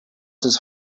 his